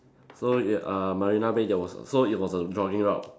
so you uh Marina Bay there was so it was a jogging route